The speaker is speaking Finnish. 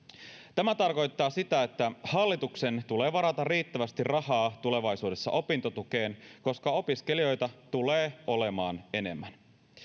tämä tarkoittaa sitä että hallituksen tulee varata riittävästi rahaa tulevaisuudessa opintotukeen koska opiskelijoita tulee olemaan enemmän